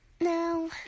No